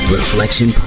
Reflection